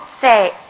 say